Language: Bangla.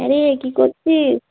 হ্যাঁ রে কী করছিস